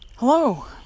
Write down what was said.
Hello